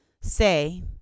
say